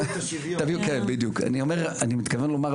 אני מתכוון לומר,